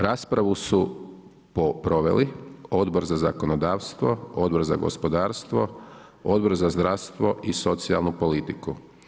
Raspravu su proveli Odbor za zakonodavstvo, Odbor za gospodarstvo, Odbor za zdravstvo i socijalnu politiku.